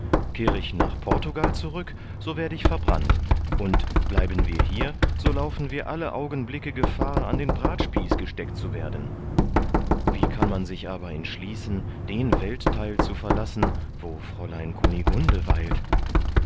kehre ich nach portugal zurück so werd ich verbrannt und bleiben wir hier so laufen wir alle augenblicke gefahr an den bratspieß gesteckt zu werden wie kann man sich aber entschließen den welttheil zu verlassen wo fräulein kunigunde weilt